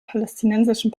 palästinensischen